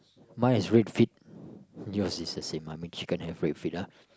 mine is red feet yours is the same one I mean chicken have red feet ah